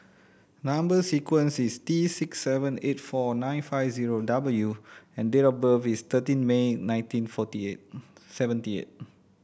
number sequence is T six seven eight four nine five zero W and date of birth is thirteen May nineteen forty eight seventy eight